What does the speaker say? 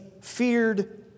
feared